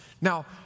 Now